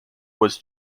was